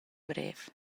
brev